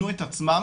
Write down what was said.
מינו את עצמם,